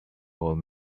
old